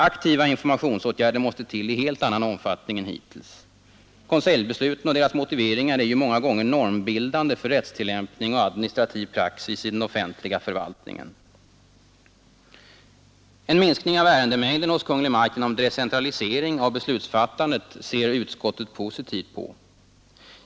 Aktiva informationsåtgärder måste till i helt annan omfattning än hittills. Konseljbesluten och deras motiveringar är ju många gånger normbildande En minskning av ärendemängden hos Kungl. Maj:t genom decentralise 26 april 1973 ring av beslutsfattandet ser utskottet positivt på.